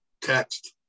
text